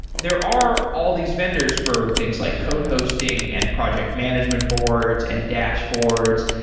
there are all these vendors for things like code hosting and project management boards and dashboards,